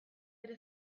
bere